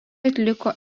atliko